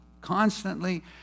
constantly